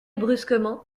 brusquement